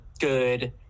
good